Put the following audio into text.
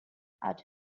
out